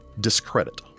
discredit